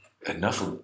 enough